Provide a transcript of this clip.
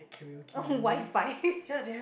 oh WiFi